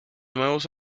nuevos